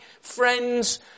friends